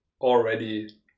already